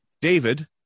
David